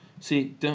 See